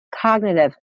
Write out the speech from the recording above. cognitive